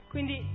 quindi